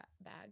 bag